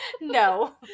No